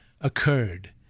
occurred